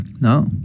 No